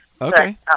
okay